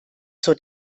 zur